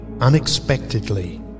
unexpectedly